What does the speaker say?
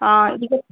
ಹಾಂ ಈಗ